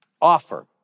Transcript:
offer